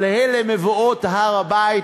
אבל אלה מבואות הר-הבית,